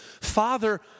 Father